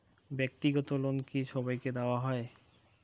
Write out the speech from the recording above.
ব্যাক্তিগত লোন কি সবাইকে দেওয়া হয়?